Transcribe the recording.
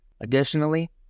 Additionally